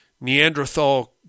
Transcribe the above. Neanderthal